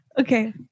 Okay